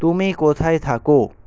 তুমি কোথায় থাকো